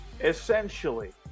Essentially